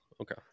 Okay